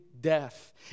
death